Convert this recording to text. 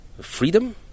Freedom